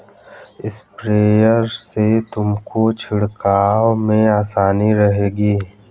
sprayer से तुमको छिड़काव में आसानी रहेगी